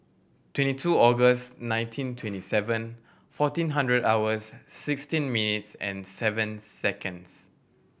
twenty two August nineteen twenty seven fourteen hundred hours sixteen minutes and seven seconds